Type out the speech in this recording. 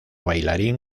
bailarín